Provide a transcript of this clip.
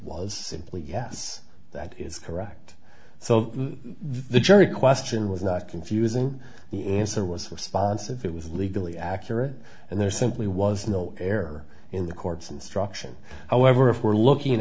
was simply yes that is correct so the jury question was not confusing the answer was responsive it was legally accurate and there simply was no error in the court's instruction however if we're looking